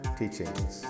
teachings